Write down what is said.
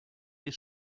les